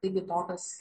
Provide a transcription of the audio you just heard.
taigi tokias